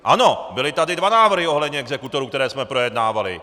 Ano, byly tady dva návrhy ohledně exekutorů, které jsme projednávali.